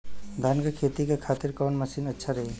धान के खेती के खातिर कवन मशीन अच्छा रही?